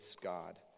God